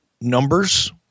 numbers